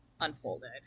unfolded